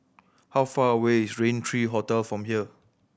how far away is Rain Three Hotel from here